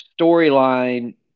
storyline –